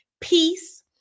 peace